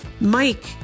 Mike